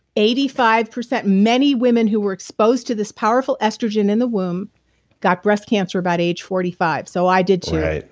eighty five percent many women who were exposed to this powerful estrogen in the womb got breast cancer by age forty five. so i did too.